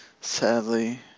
Sadly